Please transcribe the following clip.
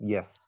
Yes